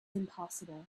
impossible